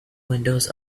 windows